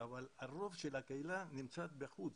אבל הרוב של הקהילה נמצא בחוץ,